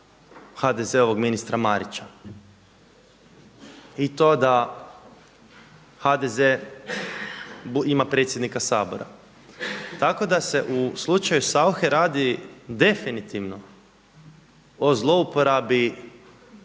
HDZ-ovog ministra Marića. I to da HDZ ima predsjednika Sabora. Tako da se u slučaju Sauche radi definitivno o zlouporabi